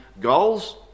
goals